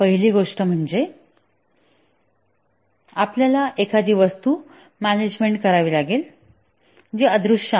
पहिली गोष्ट म्हणजे आपल्याला एखादी वस्तू मॅनेजमेंट करावी लागेल जे अदृश्य आहे